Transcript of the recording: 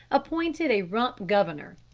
appointed a rump governor.